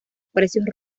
precios